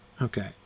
Okay